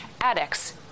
addicts